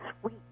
sweet